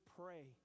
pray